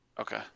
okay